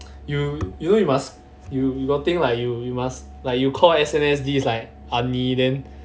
you you you know you must you you got think like you you must like you call S_N_S_D is like eonnie